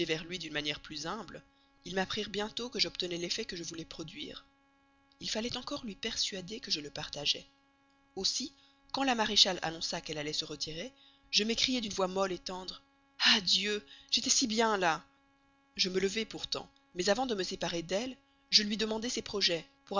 lui d'une manière plus humble je m'assurai par eux que j'obtenais l'effet que je voulais produire il fallait encore lui persuader que je le partageais aussi quand la maréchale annonça qu'elle allait se retirer je m'écriai d'une voix molle tendre ah dieu j'étais si bien là je me levai pourtant mais avant de me séparer d'elle je lui demandai ses projets